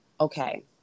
okay